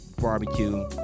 barbecue